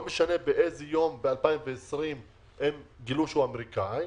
לא משנה באיזה יום ב-2020 הם גילו שהוא אמריקאי,